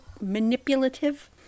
manipulative